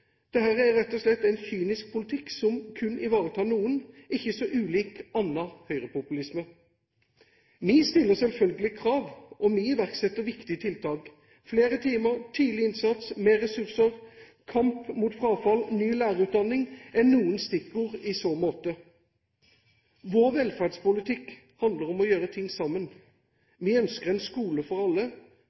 er rett og slett en kynisk politikk som kun ivaretar noen, ikke så ulik annen høyrepopulisme. Vi stiller selvfølgelig krav, og vi iverksetter viktige tiltak – flere timer, tidlig innsats, mer ressurser, kamp mot frafall og ny lærerutdanning er noen stikkord i så måte. Vår velferdspolitikk handler om å gjøre ting sammen. Vi ønsker en skole for alle,